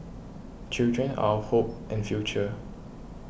children are our hope and future